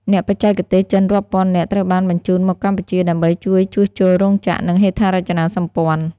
អ្នកបច្ចេកទេសចិនរាប់ពាន់នាក់ត្រូវបានបញ្ជូនមកកម្ពុជា ដើម្បីជួយជួសជុលរោងចក្រ និងហេដ្ឋារចនាសម្ព័ន្ធ។